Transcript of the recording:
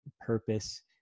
purpose